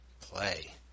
Play